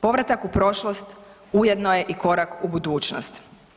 Povratak u prošlost, ujedno je i korak u budućnost.